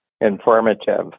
informative